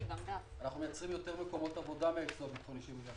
אנחנו מייצרים יותר מקומות עבודה למרות שאנחנו